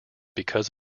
because